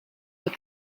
with